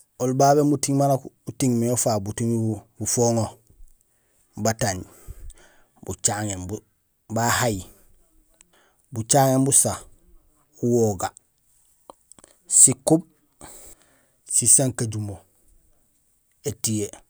Oli babé muting maan nak uting mé ufaak butumi bu gafoŋo: batanj, bucaŋéén, bucaŋéén busa, uwoga, sikub, sisankajumo, étiyee.